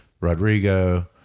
Rodrigo